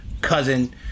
cousin